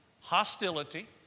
hostility